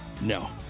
No